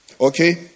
Okay